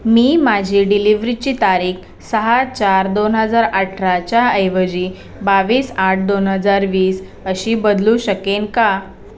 मी माझी डिलिव्हरीची तारीख सहा चार दोन हजार अठराच्याऐवजी बावीस आठ दोन हजार वीस अशी बदलू शकेन का